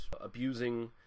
abusing